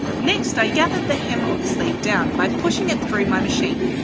next i gather the hem of the sleeve down by pushing it through my machine.